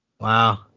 wow